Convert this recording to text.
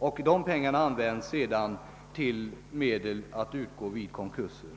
har, och de pengarna används sedan vid konkurser.